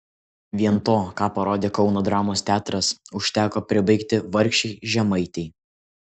vien to ką parodė kauno dramos teatras užteko pribaigti vargšei žemaitei